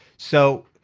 so